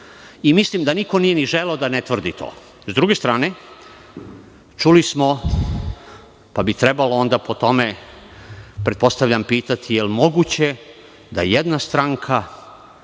Mislim da niko nije ni želeo da ne tvrdi to.S druge strane, čuli smo, pa bi trebalo po tome, pretpostavljam, pitati - jel moguće da jedna stranka